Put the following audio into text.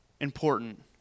important